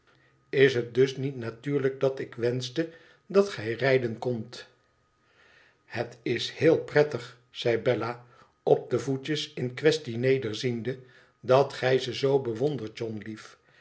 is het dus niet natuurlijk dat ik wenschte dat gij rijden kondt het is heel prettig zei bella op de voetjes in quaestie nederziende dat gij ze zoo bewondert john lief